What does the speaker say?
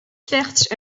slechts